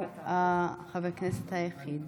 הוא חבר הכנסת היחיד.